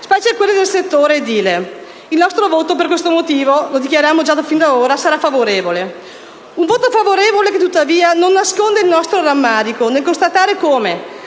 specie quelle del settore edile. Per questo motivo il nostro voto, lo dichiariamo fin da ora, sarà favorevole. Un voto favorevole che, tuttavia, non nasconde il nostro rammarico nel constatare come,